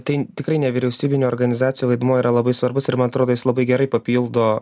tai tikrai nevyriausybinių organizacijų vaidmuo yra labai svarbus ir man atrodo jis labai gerai papildo